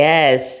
Yes